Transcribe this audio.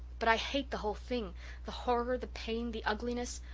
but i hate the whole thing the horror, the pain, the ugliness.